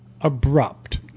abrupt